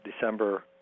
December